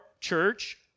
church